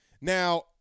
now